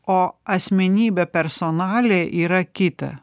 o asmenybė personalė yra kita